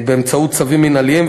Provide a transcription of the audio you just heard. באמצעות צווים מינהליים.